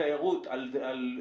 במיליארדים.